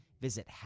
Visit